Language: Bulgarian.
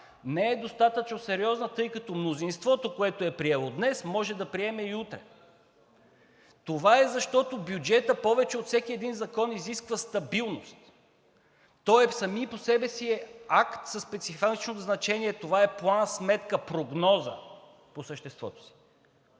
не е достатъчно сериозна, тъй като мнозинството, което го е приело днес, може да го приеме и утре. Това е, защото бюджетът повече от всеки един закон изисква стабилност и той сам по себе си е акт със специфично значение – това е план-сметка, прогноза по съществото си.